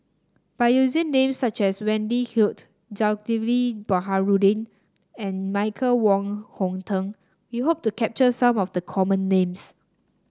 by using names such as Wendy Hutton Zulkifli Baharudin and Michael Wong Hong Teng we hope to capture some of the common names